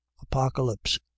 apocalypse